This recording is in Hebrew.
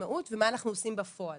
המשמעות ומה אנחנו עושים בפועל,